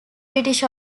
british